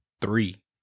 three